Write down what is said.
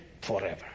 forever